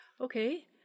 Okay